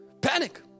Panic